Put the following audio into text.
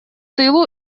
тылу